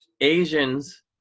Asians